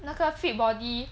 那个 fit body